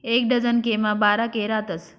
एक डझन के मा बारा के रातस